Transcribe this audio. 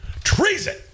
Treason